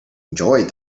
enjoyed